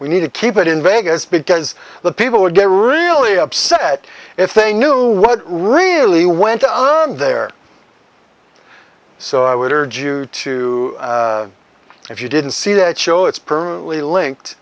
we need to keep it in vegas because the people would get really upset if they knew what really went on there so i would urge you to if you didn't see that show it's permanently linked